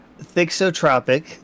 Thixotropic